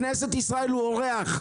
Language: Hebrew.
בכנסת ישראל הוא אורח,